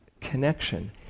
connection